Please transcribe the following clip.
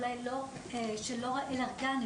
אולי גם שאינה אלרגנית,